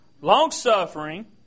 longsuffering